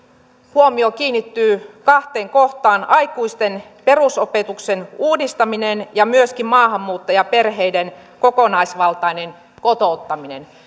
huomio kiinnittyy kahteen kohtaan aikuisten perusopetuksen uudistaminen ja myöskin maahanmuuttajaperheiden kokonaisvaltainen kotouttaminen